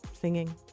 singing